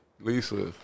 Lisa